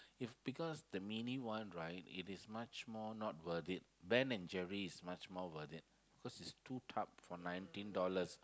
if because the mini one right it is much more not worth it Ben-and-Jerry is much more worth it cause it's two tubs for nineteen dollar